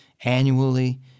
annually